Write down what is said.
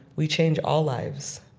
we change all lives.